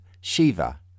Shiva